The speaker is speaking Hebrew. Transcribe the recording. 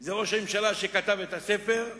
זה ראש הממשלה שכתב את הספר,